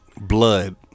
Blood